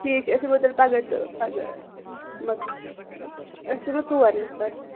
ٹھیٖک چھِ أسۍ یِمو تیٚلہِ پَگاہ تہٕ پَگاہ مکلہِ أسۍ یِمو ژور نَفَر